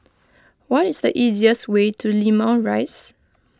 what is the easiest way to Limau Rise